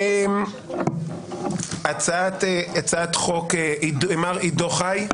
בבקשה, מר עידו חי,